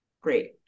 great